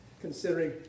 considering